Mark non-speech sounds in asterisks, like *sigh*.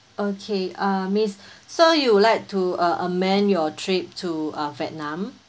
okay uh miss *breath* so you would like to uh amend your trip to uh vietnam